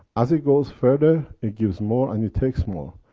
as it goes further, it gives more and it takes more,